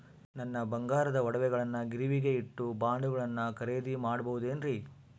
ನನ್ನ ಬಂಗಾರದ ಒಡವೆಗಳನ್ನ ಗಿರಿವಿಗೆ ಇಟ್ಟು ಬಾಂಡುಗಳನ್ನ ಖರೇದಿ ಮಾಡಬಹುದೇನ್ರಿ?